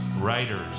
writers